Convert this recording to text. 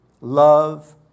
love